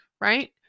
Right